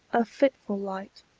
a fitful light,